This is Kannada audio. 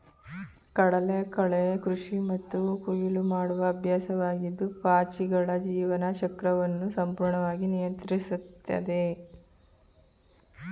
ಕಡಲಕಳೆ ಕೃಷಿ ಮತ್ತು ಕೊಯ್ಲು ಮಾಡುವ ಅಭ್ಯಾಸವಾಗಿದ್ದು ಪಾಚಿಗಳ ಜೀವನ ಚಕ್ರವನ್ನು ಸಂಪೂರ್ಣವಾಗಿ ನಿಯಂತ್ರಿಸ್ತದೆ